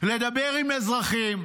לדבר עם אזרחים,